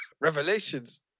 Revelations